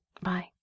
Bye